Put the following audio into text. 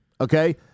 Okay